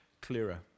clearer